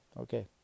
Okay